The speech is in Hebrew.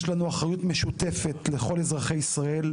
יש לנו אחריות משותפת לכל אזרחי ישראל,